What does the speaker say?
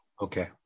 Okay